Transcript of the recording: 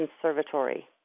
conservatory